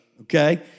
okay